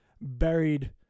buried